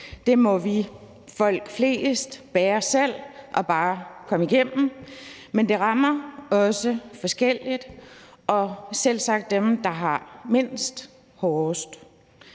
Det må vi, som folk er flest, bære selv og bare komme igennem. Men det rammer også forskelligt og selvsagt dem, der har mindst, hårdest.